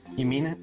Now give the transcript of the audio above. you mean it?